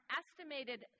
estimated